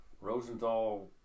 Rosenthal